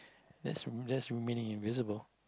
that's r~ that's remaining invisible